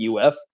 UF